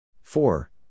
Four